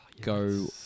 go